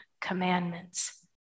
commandments